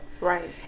Right